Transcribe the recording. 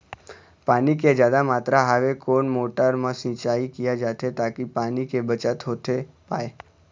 पानी के जादा मात्रा हवे कोन मोटर मा सिचाई किया जाथे ताकि पानी के बचत होथे पाए?